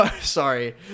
Sorry